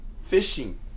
fishing